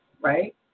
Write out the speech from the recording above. Right